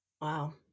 Wow